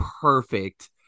perfect